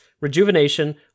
rejuvenation